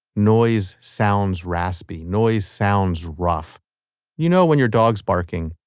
noise sounds raspy. noise sounds rough you know when your dog is barking.